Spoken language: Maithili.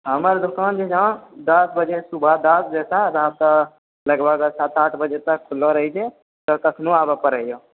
हमर दुकान जे छऽ दश बजे सुबह सुबह दश बजेसँ रात लगभग सात आठ बजे तक खुलऽ रहैत छै तऽ कखनो आबऽ पड़ए हिअऽ